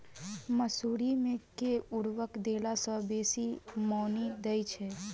मसूरी मे केँ उर्वरक देला सऽ बेसी मॉनी दइ छै?